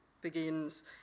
begins